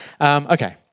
Okay